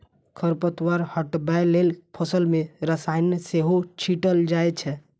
खरपतवार हटबै लेल फसल मे रसायन सेहो छीटल जाए छै